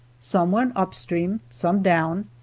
some went up stream, some down,